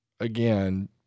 again